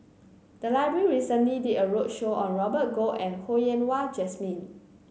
the library recently did a roadshow on Robert Goh and Ho Yen Wah Jesmine